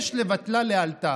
שיש לבטלה לאלתר".